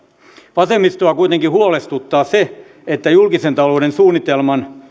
vasemmistoa kuitenkin huolestuttaa se että julkisen talouden suunnitelman